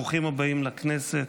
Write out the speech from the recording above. ברוכים הבאים לכנסת.